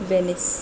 Venice